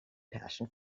passion